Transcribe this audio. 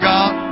God